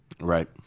right